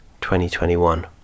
2021